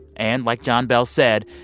and like john bell said,